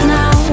now